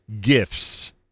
gifts